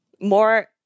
more